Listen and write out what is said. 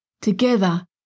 together